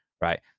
right